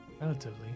Relatively